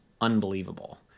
unbelievable